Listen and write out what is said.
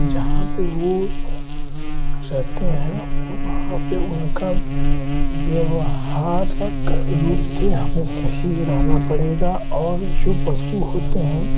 जहाँ पर वो चरते हैं वहाँ पर उनका व्यावहारिक रूप से हमेशा ही रहना पड़ेगा और जो पशु होते हैं